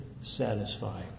satisfy